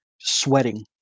sweating